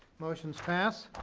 motions pass.